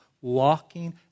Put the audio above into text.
walking